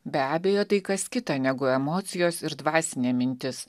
be abejo tai kas kita negu emocijos ir dvasinė mintis